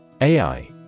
AI